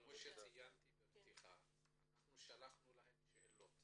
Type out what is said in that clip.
כפי שציינתי בפתיחה, שלחנו לכם שאלות